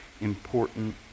important